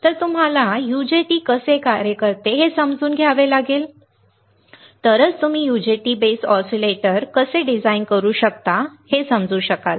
तर तुम्हाला UJT कसे कार्य करते हे समजून घ्यावे लागेल तरच तुम्ही UJT बेस ऑसीलेटर कसे डिझाइन करू शकता हे समजू शकाल